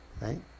Right